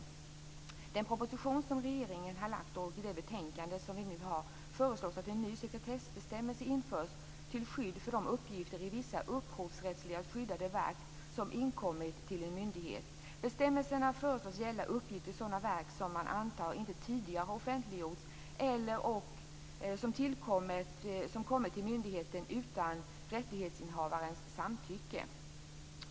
I den proposition som regeringen har lagt fram och det betänkande som vi nu har att behandla föreslås att en ny sekretessbestämmelse införs till skydd för de uppgifter i vissa upphovsrättsligt skyddade verk som inkommit till en myndighet. Bestämmelsen föreslås gälla sådana verk som man antar inte tidigare offentliggjorts eller och kommit till myndigheten utan rättighetsinnehavarens samtycke.